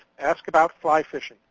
AskAboutFlyFishing